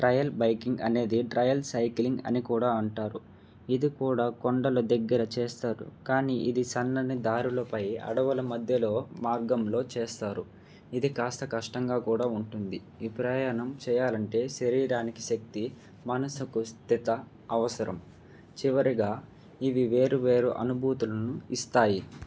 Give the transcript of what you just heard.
trial biking అనేది trail cycling అని కూడా అంటారు ఇది కూడా కొండల దగ్గర చేస్తారు కానీ ఇది సన్నని దారులపై అడవుల మధ్యలో మార్గంలో చేస్తారు ఇది కాస్త కష్టంగా కూడా ఉంటుంది ఈ ప్రయాణం చేయాలంటే శరీరానికి శక్తి మనసుకు స్థిరం అవసరం చివరిగా ఇవి వేరు వేరు అనుభూతులను ఇస్తాయి